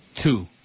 Two